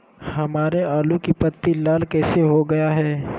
हमारे आलू की पत्ती लाल कैसे हो गया है?